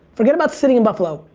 forget about sitting in buffalo,